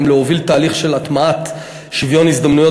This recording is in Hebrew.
הן להוביל תהליך של הטמעת שוויון הזדמנויות